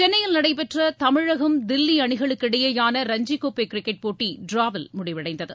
சென்னையில் நடைபெற்ற தமிழகம் தில்லி அணிகளுக்கிடையேயான ரஞ்சிக் கோப்பை கிரிக்கெட் போட்டி ட்ராவில் முடிவடைந்தது